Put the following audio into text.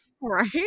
Right